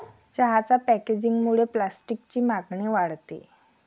चहाच्या पॅकेजिंगमुळे प्लास्टिकची मागणी वाढते